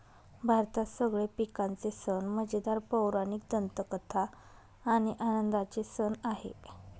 भारतात सगळे पिकांचे सण मजेदार, पौराणिक दंतकथा आणि आनंदाचे सण आहे